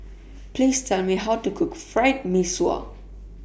Please Tell Me How to Cook Fried Mee Sua